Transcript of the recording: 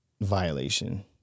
violation